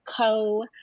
Co